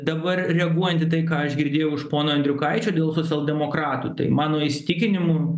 dabar reaguojant į tai ką aš girdėjau iš pono andriukaičio dėl soseldemokratų tai mano įsitikinimu